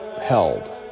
held